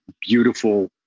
beautiful